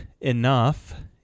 enough